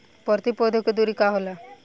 प्रति पौधे के दूरी का होला?